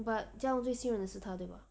but jia long 最信任的是他对 bah